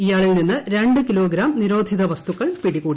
ഇയാളിൽ നിന്ന് രണ്ട് കിലോ ഗ്രാം നിരോധിത വസ്തുക്കൾ പിടികൂടി